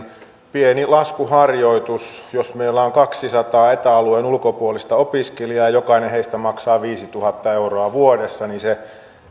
pieni laskuharjoitus jos meillä on kahteensataan eta alueen ulkopuolista opiskelijaa ja jokainen heistä maksaa viisituhatta euroa vuodessa niin se